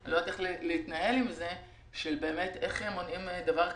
בשאלה איך מונעים דבר כזה,